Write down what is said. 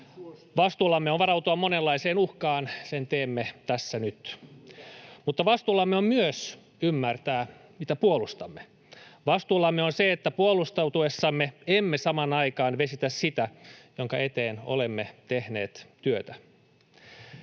Vastuullamme on varautua monenlaiseen uhkaan, sen teemme tässä nyt. Mutta vastuullamme on myös ymmärtää, mitä puolustamme. Vastuullamme on se, että puolustautuessamme emme samaan aikaan vesitä sitä, minkä eteen olemme tehneet työtä.